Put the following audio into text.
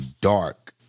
dark